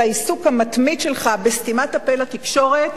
העיסוק המתמיד שלך בסתימת הפה לתקשורת,